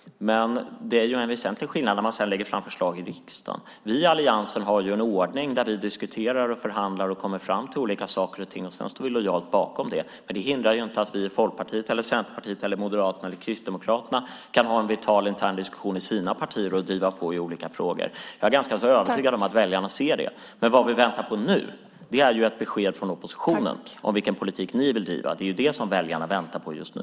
Men det är en väsentlig skillnad när man sedan lägger fram förslag i riksdagen. Vi i alliansen har en ordning där vi diskuterar, förhandlar och kommer fram till olika saker och ting. Sedan står vi lojalt bakom det. Men det hindrar inte att vi i Folkpartiet, Centerpartiet, Moderaterna eller Kristdemokraterna kan föra en vital intern diskussion i våra partier och driva på i olika frågor. Jag är ganska övertygad om att väljarna ser det. Vad vi väntar på nu är ett besked från oppositionen om vilken politik ni vill driva. Det är det som väljarna väntar på just nu.